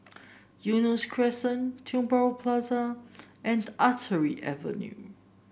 Eunos Crescent Tiong Bahru Plaza and Artillery Avenue